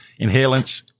inhalants